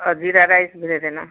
और ज़ीरा राइस भी दे देना